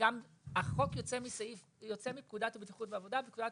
החוק יוצא מפקודת בטיחות בעבודה ובפקודת